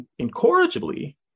incorrigibly